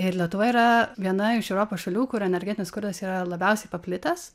ir lietuva yra viena iš europos šalių kur energetinis skurdas yra labiausiai paplitęs